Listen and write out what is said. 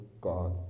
God